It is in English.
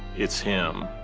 it's him.